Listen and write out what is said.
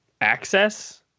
access